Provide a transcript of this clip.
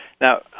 Now